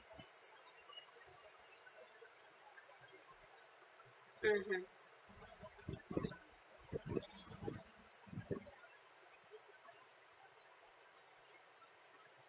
mmhmm